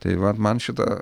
tai vat man šitą